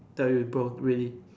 tell you bro really